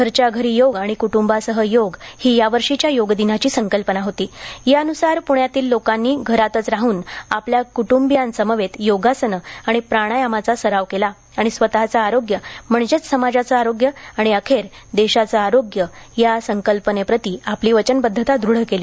घरच्या घरी योग आणि कुटुंबासह योग ही यावर्षीच्या योग दिनाची संकल्पना होती त्यानुसार पुण्यातील लोकांनी घरातच राहून आपल्या कुट्बीयांसमवेत योगासने आणि प्राणायामाचा सराव केला आणि स्वतःचे आरोग्य म्हणजेच समाजाचे आरोग्य आणि अखेर देशाचे आरोग्य या संकल्पनेप्रती आपली वचनबद्धता द्रढ केली